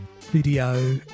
video